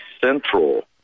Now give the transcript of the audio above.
Central